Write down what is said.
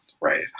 Right